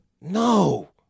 No